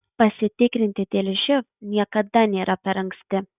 pasitikrinti dėl živ niekada nėra per anksti